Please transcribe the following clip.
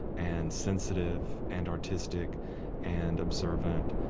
and sensitive, and artistic and observant,